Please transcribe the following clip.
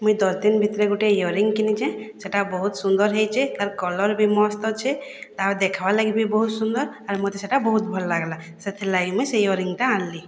ମୁଇଁ ଦଶ ଦିନ୍ ଭିତରେ ଗୁଟେ ଇୟରିଂ କିନିଛେଁ ସେଟା ବହୁତ ସୁନ୍ଦର ହେଇଛେ ତାର୍ କଲର୍ ବି ମସ୍ତ ଅଛେ ଆଉ ଦେଖ୍ବାର୍ ଲାଗି ବି ବହୁତ ସୁନ୍ଦର ଆର୍ ମୋତେ ସେଟା ବହୁତ ଭଲ ଲାଗ୍ଲା ସେଥିର୍ଲାଗି ମୁଇଁ ସେ ଇୟରିଂଟା ଆଣଲି